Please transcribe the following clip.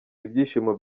ibyishimo